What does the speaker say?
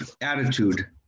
attitude